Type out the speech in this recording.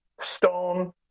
Stone